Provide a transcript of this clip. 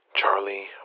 Charlie